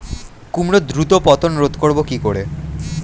কুমড়োর দ্রুত পতন রোধ করব কি করে?